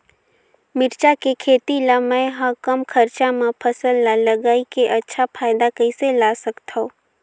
मिरचा के खेती ला मै ह कम खरचा मा फसल ला लगई के अच्छा फायदा कइसे ला सकथव?